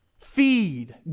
Feed